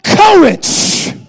Courage